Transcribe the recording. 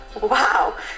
wow